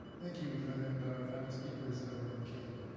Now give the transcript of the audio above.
thank you, and our final speaker is debra mulcahey.